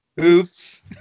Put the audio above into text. Oops